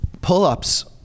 Pull-ups